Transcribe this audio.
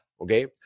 Okay